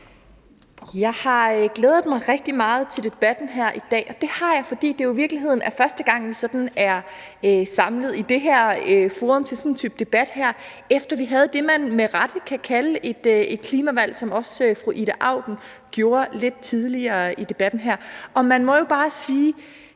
Jeg har glædet mig rigtig meget til debatten her i dag, og det har jeg, fordi det jo i virkeligheden er første gang, at vi sådan er samlet i det her forum til sådan en type debat, efter at vi havde det, man med rette kunne kalde et klimavalg, som også fru Ida Auken gjorde lidt tidligere i debatten her. Og man må jo bare sige,